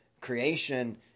creation